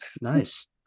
nice